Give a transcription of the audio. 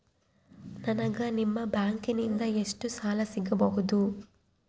ನನಗ ನಿಮ್ಮ ಬ್ಯಾಂಕಿನಿಂದ ಎಷ್ಟು ಸಾಲ ಸಿಗಬಹುದು?